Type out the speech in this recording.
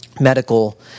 medical